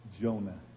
Jonah